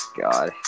God